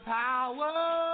power